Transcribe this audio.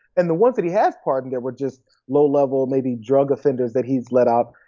and the ones that he has pardoned that were just low level maybe drug offenders that he's let out.